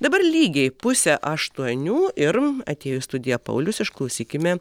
dabar lygiai pusę aštuonių ir atėjo į studiją paulius išklausykime